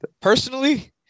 personally